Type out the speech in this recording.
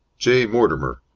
j. mortimer.